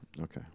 Okay